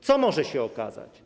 Co może się okazać?